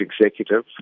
executive